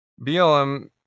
BLM